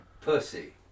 pussy